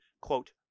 quote